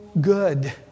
good